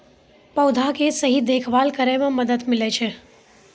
पौधा के सही देखभाल करै म मदद मिलै छै